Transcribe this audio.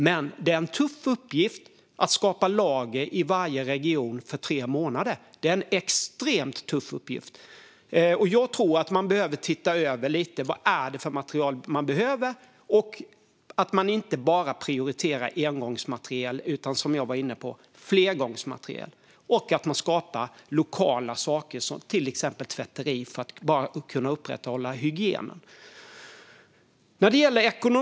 Men det är en extremt tuff uppgift att skapa lager för tre månader i varje region, och jag tror att man därför behöver titta över lite vilket material man behöver. Man kan inte bara prioritera engångsmaterial utan måste satsa på flergångsmaterial. Man behöver också skapa saker på lokal nivå, till exempel ett tvätteri, för att kunna upprätthålla hygienen.